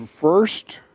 first